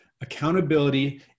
Accountability